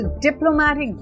diplomatic